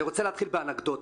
אני רוצה להתחיל באנקדוטה.